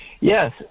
Yes